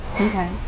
okay